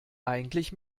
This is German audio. eigentlich